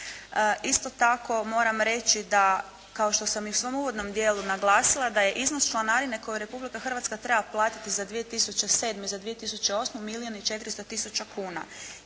Isto tako, moram reći da kao što sam i u svom uvodnom dijelu naglasila da je iznos članarine koju Republika Hrvatska treba platiti za 2007. i za 2008. milijun i 400 tisuća kuna.